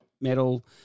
metal